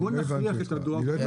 אני